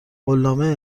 قولنامه